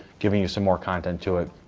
giving you some more content to it.